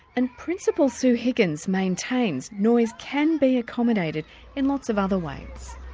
and principal sue higgins maintains noise can be accommodated in lots of other ways.